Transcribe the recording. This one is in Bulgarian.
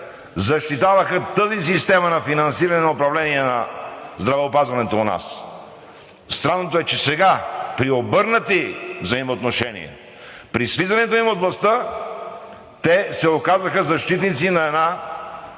защитаваха тази система на финансиране, на управление на здравеопазването у нас. Странното е, че сега при обърнати взаимоотношения, при слизането им от властта, те се оказаха защитници на една